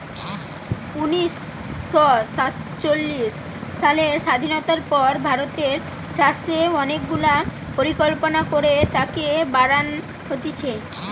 উনিশ শ সাতচল্লিশ সালের স্বাধীনতার পর ভারতের চাষে অনেক গুলা পরিকল্পনা করে তাকে বাড়ান হতিছে